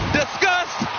disgust